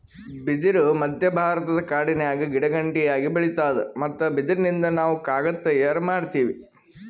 ಬಿದಿರ್ ಮಧ್ಯಭಾರತದ ಕಾಡಿನ್ಯಾಗ ಗಿಡಗಂಟಿಯಾಗಿ ಬೆಳಿತಾದ್ ಮತ್ತ್ ಬಿದಿರಿನಿಂದ್ ನಾವ್ ಕಾಗದ್ ತಯಾರ್ ಮಾಡತೀವಿ